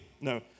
No